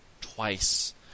twice